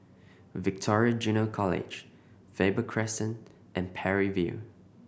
Victoria Junior College Faber Crescent and Parry View